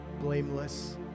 blameless